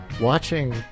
watching